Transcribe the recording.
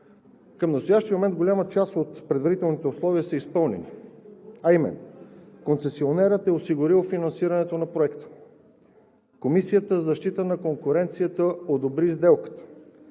Към настоящия момент голяма част от предварителните условия са изпълнени, а именно: концесионерът е осигурил финансирането на Проекта; Комисията за защита на конкуренцията одобри сделката;